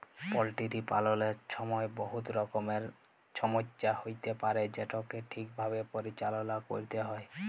poultry পাললের ছময় বহুত রকমের ছমচ্যা হ্যইতে পারে যেটকে ঠিকভাবে পরিচাললা ক্যইরতে হ্যয়